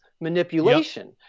manipulation